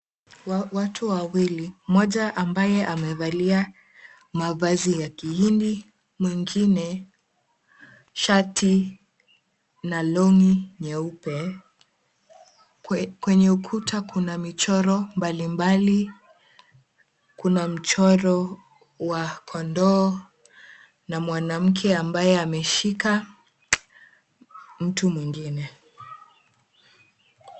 Watu wawili mmoja ambaye amevalia mavazi ya kihindi, mwingine shati na long'i nyeupe. Kwenye ukuta kuna michoro mbalimbali. Kuna mchoro wa kondoo na mwanamke ambaye ameshika mtu mwingine.